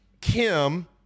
Kim